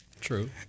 True